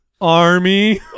army